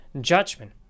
judgment